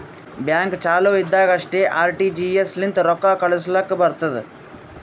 bank ಚಾಲು ಇದ್ದಾಗ್ ಅಷ್ಟೇ ಆರ್.ಟಿ.ಜಿ.ಎಸ್ ಲಿಂತ ರೊಕ್ಕಾ ಕಳುಸ್ಲಾಕ್ ಬರ್ತುದ್